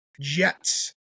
Jets